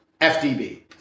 FDB